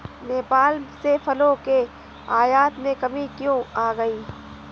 नेपाल से फलों के आयात में कमी क्यों आ गई?